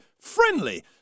friendly